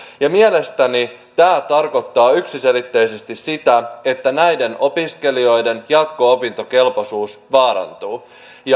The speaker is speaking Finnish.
mielestäni tämä tarkoittaa yksiselitteisesti sitä että näiden opiskelijoiden jatko opintokelpoisuus vaarantuu